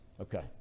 Okay